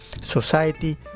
society